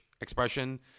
expression